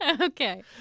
okay